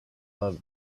love